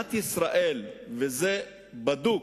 במדינת ישראל, וזה בדוק,